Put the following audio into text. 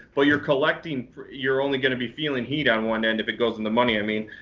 but you're collecting you're only going to be feeling heat on one end if it goes in the money, i mean.